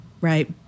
right